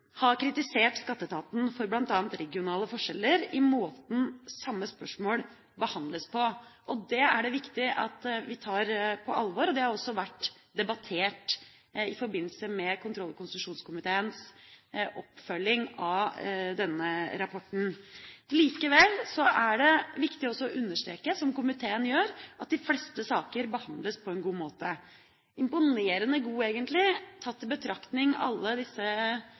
har kritisert Skatteetaten for bl.a. regionale forskjeller i måten samme spørsmål behandles på. Det er det viktig at vi tar på alvor, og det har også vært debattert i forbindelse med kontroll- og konstitusjonskomiteens oppfølging av denne rapporten. Likevel er det viktig å understreke, som komiteen gjør, at de fleste saker behandles på en god måte – på en imponerende god måte egentlig, tatt i betraktning alle